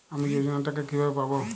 আমি যোজনার টাকা কিভাবে পাবো?